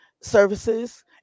Services